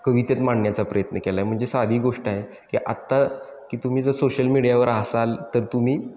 कवितेत मांडण्याचा प्रयत्न केला आहे म्हणजे साधी गोष्ट आहे की आत्ता की तुम्ही जर सोशल मीडियावर असाल तर तुम्ही